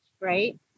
right